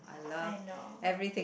I know